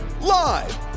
Live